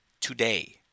today